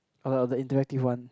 oh the interactive one